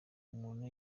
umuntu